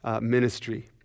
ministry